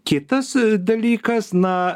kitas dalykas na